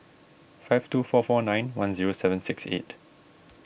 five two four four nine one zero seven six eight